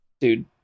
Dude